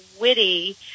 witty